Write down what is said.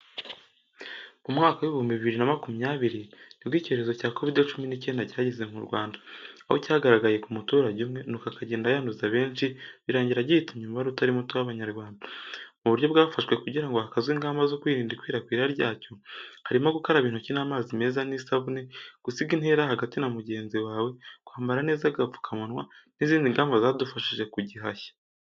Mu mwaka w'ibihumbi bibiri na makumyabiri, nibwo icyorezo cya kovide cumi n'icyenda cyageze mu Rwanda, aho cyagaragaye ku muturage umwe nuko akagenda yanduza benshi birangira gihitanye umubare utari muto w'Abanyarwanda. Mu buryo bwafashwe kugira ngo hakazwe ingamba zo kwirinda ikwirakwira ryacyo, harimo gukaraba intoki n'amazi meza n'isabune, gusiga intera hagati na mugenzi wawe, kwambara neza agapfukamunwa, n'izindi ngamba zadufashije kugihashya.